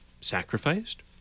sacrificed